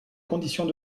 conditions